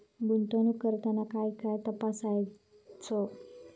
गुंतवणूक करताना काय काय तपासायच?